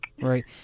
Right